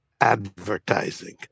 advertising